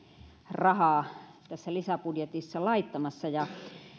rahaa tässä lisäbudjetissa laittamassa ja